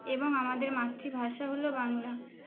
এবং আমাদের মাতৃভাষা হলো বাংলা